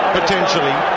potentially